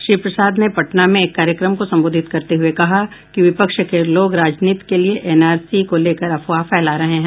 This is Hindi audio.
श्री प्रसाद ने पटना में एक कार्यक्रम को संबोधित करते हुये कहा कि विपक्ष के लोग राजनीति के लिए एनआरसी को लेकर अफवाह फैला रहे हैं